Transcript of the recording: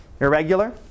irregular